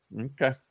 Okay